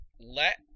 let